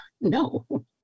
No